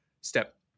Step